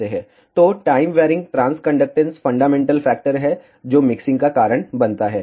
तो time varying transconductance fundamental factor है जो मिक्सिंग का कारण बनता है